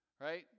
right